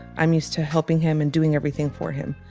i'm used to helping him and doing everything for him.